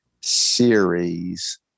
series